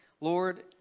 Lord